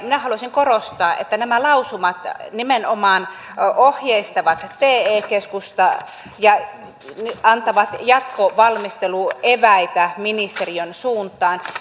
minä haluaisin korostaa että nämä lausumat nimenomaan ohjeistavat te keskusta ja antavat jatkovalmisteluun eväitä ministeriön suuntaan